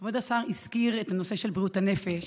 כבוד השר הזכיר את בריאות הנפש,